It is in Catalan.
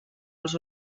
els